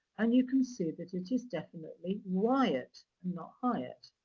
and you can see that it is definitely wyatt, not hyatt.